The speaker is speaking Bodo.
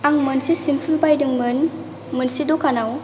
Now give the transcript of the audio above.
आं मोनसे शेमपु बायदोंमोन मोनसे दखानाव